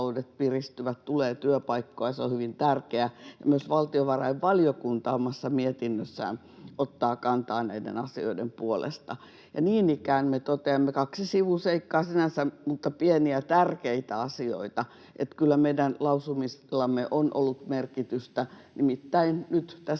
on hyvin tärkeää. Myös valtiovarainvaliokunta omassa mietinnössään ottaa kantaa näiden asioiden puolesta. Ja niin ikään me toteamme — kaksi sivuseikkaa sinänsä, mutta pieniä, tärkeitä asioita — että kyllä meidän lausumillamme on ollut merkitystä. Nimittäin nyt tässä kehyksessä